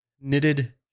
knitted